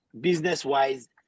Business-wise